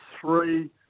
three